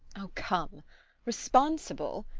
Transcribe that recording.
oh, come responsible!